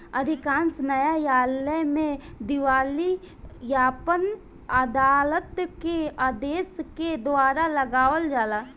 अधिकांश न्यायालय में दिवालियापन अदालत के आदेश के द्वारा लगावल जाला